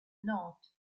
nantes